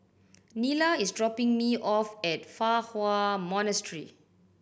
Nila is dropping me off at Fa Hua Monastery